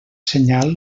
senyal